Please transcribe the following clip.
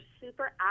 super